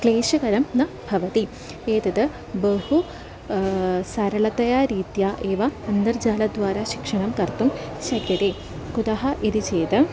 क्लेशकरं न भवति एतद् बहु सरलतया रीत्या एव अन्तर्जालद्वारा शिक्षणं कर्तुं शक्यते कुतः इति चेत्